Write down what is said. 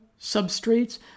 substrates